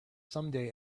someday